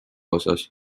osas